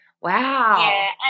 Wow